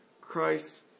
Christ